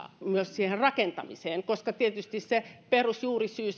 myös siihen rakentamiseen koska tietysti perusjuurisyy